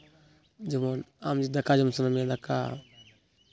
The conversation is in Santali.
ᱡᱮᱢᱚᱱ ᱟᱢ ᱡᱩᱫᱤ ᱫᱟᱠᱟ ᱡᱚᱢ ᱥᱟᱱᱟ ᱢᱮᱭᱟ ᱫᱟᱠᱟ